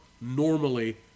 normally